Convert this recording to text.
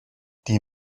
die